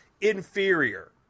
inferior